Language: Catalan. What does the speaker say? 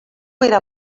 era